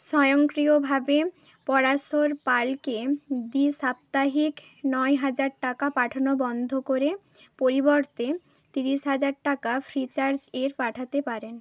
স্বয়ংক্রিয়ভাবে পরাশর পালকে দ্বিসাপ্তাহিক নয় হাজার টাকা পাঠানো বন্ধ করে পরিবর্তে ত্রিশ হাজার টাকা ফ্রিচার্জ এর পাঠাতে পারেন